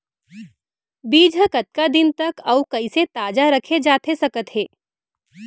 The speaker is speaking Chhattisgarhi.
बीज ह कतका दिन तक अऊ कइसे ताजा रखे जाथे सकत हे?